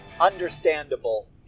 understandable